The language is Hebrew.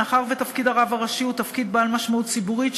מאחר שתפקיד הרב הראשי הוא תפקיד בעל משמעות ציבורית,